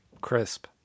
Crisp